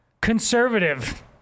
conservative